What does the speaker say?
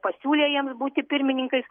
pasiūlė jiems būti pirmininkais